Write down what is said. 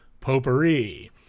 potpourri